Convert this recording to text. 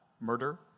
murder